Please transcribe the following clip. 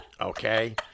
okay